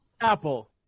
Apple